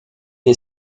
est